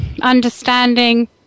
understanding